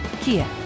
Kia